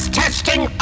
testing